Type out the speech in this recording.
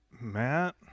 matt